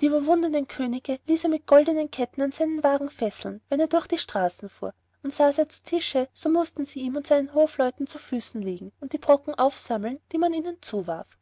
die überwundenen könige ließ er mit goldenen ketten an seinen wagen fesseln wenn er durch die straßen fuhr und saß er zu tische so mußten sie ihm und seinen hofleuten zu füßen liegen und die brocken aufsammeln die man ihnen zuwarf